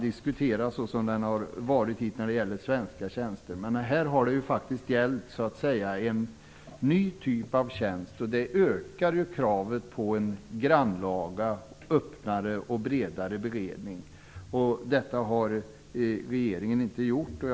Detta har gällt en ny typ av tjänster, vilket ökar kraven på en grannlaga, öppnare och bredare beredning. Det har regeringen inte tagit hänsyn till.